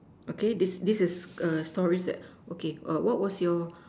okay this this is err stories that okay err what was your